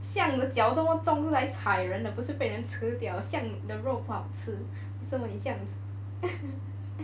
象的脚这么重的是来踩人的不是被人吃掉象的肉不好吃为什么你这样子